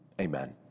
Amen